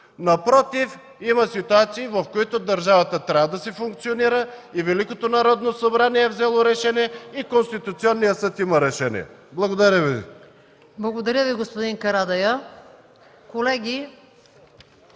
Напротив, има ситуации, в които държавата трябва да си функционира. И Великото Народно събрание е взело решение, и Конституционният съд взима решения. Благодаря.